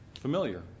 familiar